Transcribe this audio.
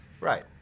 Right